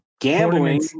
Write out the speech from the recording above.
Gambling